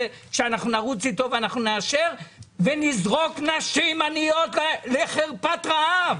שאנחנו נרוץ אתו ואנחנו נאשר ונזרוק נשים עניות לחרפת רעב.